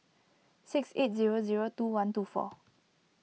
six eight zero zero two one two four